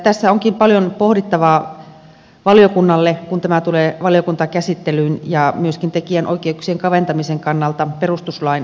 tässä onkin paljon pohdittavaa valiokunnalle kun tämä tulee valiokuntakäsittelyyn ja myöskin tekijänoikeuksien kaventamisen kannalta perustuslain näkökulmasta